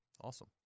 Awesome